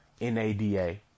N-A-D-A